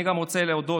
אני גם רוצה להודות,